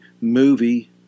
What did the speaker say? movie